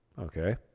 okay